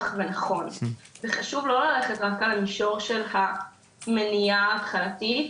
ונכון וחשוב לא ללכת רק על המישור של המניעה ההתחלתית,